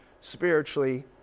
spiritually